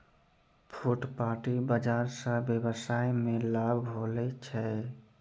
फुटपाटी बाजार स वेवसाय मे लाभ होलो छै